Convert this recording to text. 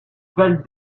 val